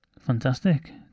Fantastic